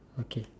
okay